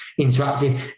interactive